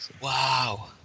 Wow